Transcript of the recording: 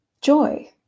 joy